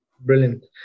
Brilliant